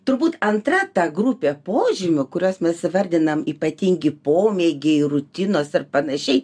turbūt antra ta grupė požymių kuriuos mes įvardinam ypatingi pomėgiai rutinos ir panašiai